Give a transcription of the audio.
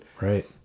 Right